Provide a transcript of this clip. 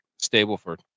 Stableford